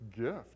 gift